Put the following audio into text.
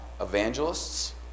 evangelists